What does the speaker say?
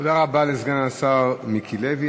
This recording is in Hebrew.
תודה רבה לסגן השר מיקי לוי.